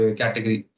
category